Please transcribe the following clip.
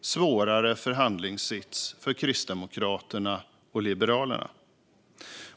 svårare förhandlingssits för Kristdemokraterna och Liberalerna.